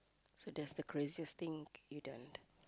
so that's the craziest thing you done